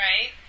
Right